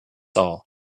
all